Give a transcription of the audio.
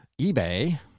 eBay